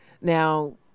Now